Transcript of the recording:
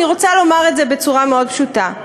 אני רוצה לומר את זה בצורה מאוד פשוטה: